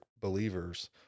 believers